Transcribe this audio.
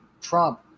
Trump